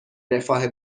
رفاه